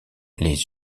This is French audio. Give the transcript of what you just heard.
les